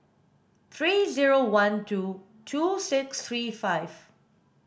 three zero one two two six three five